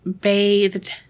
bathed